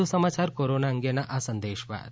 વધુ સમાચાર કોરોના અંગેના સંદેશ બાદ